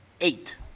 eight